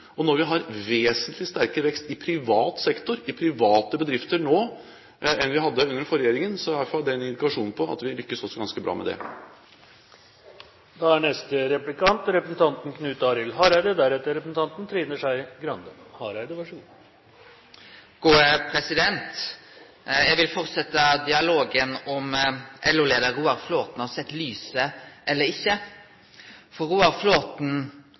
seg. Når vi har vesentlig sterkere vekst i privat sektor, i private bedrifter, nå enn vi hadde under den forrige regjeringen, er i hvert fall det en indikasjon på at vi lykkes også ganske bra med det. Eg vil fortsetje dialogen om LO-leiar Roar Flåthen har sett lyset eller ikkje. For